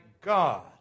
god